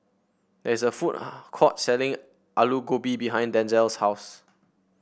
there is a food court selling Alu Gobi behind Denzell's house